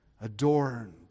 adorned